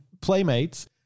playmates